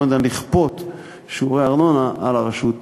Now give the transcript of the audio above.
אבל לא ניתן לכפות שיעורי ארנונה על הרשות המקומית.